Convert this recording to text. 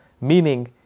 Meaning